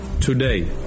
today